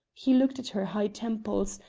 he looked at her high temples,